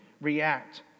react